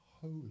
holy